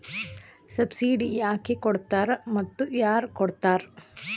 Subsidy ಯಾಕೆ ಕೊಡ್ತಾರ ಮತ್ತು ಯಾರ್ ಕೊಡ್ತಾರ್?